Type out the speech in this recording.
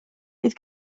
bydd